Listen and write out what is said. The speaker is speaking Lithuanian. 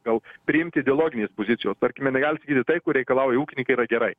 gal priimti ideologinės pozicijos tarkime negali sakyti tai ko reikalauja ūkininkai yra gerai